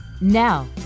now